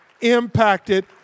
impacted